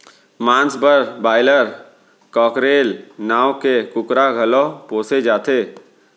मांस बर broiler, cockerel नांव के कुकरा घलौ पोसे जाथे